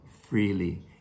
freely